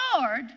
Lord